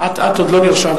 את עוד לא נרשמת.